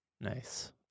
nice